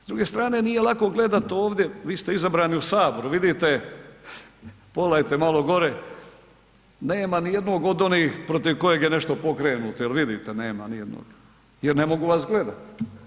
S druge strane nije lako gledat ovdje, vi ste izabrani u Sabori, vidite, pogledajte malo gore, nema nijednog od onih protiv kojih je nešto pokrenuto, jel vidite, nema nijednog jer ne mogu vas gledat.